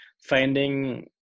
finding